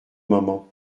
moment